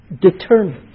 determined